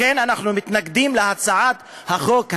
לכן אנחנו מתנגדים להצעת החוק הזאת,